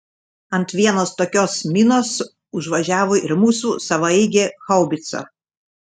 ant vienos tokios minos užvažiavo ir mūsų savaeigė haubica